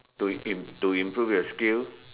to improve to improve your skill